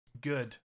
good